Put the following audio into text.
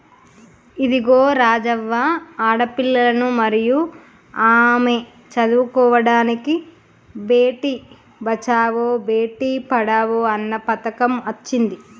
ఇదిగో రాజవ్వ ఆడపిల్లలను మరియు ఆమె చదువుకోడానికి బేటి బచావో బేటి పడావో అన్న పథకం అచ్చింది